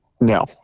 No